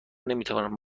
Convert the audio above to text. نمیتوانند